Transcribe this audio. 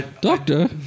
Doctor